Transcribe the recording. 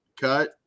cut